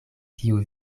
kiu